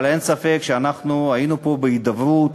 אבל אין ספק שהיינו פה בהידברות,